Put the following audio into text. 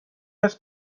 است